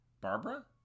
Barbara